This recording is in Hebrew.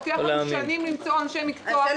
לוקח לנו שנים למצוא אנשי מקצוע, חודשים